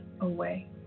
away